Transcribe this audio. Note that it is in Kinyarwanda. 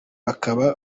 bakaba